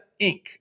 Inc